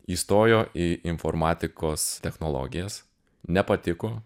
įstojo į informatikos technologijas nepatiko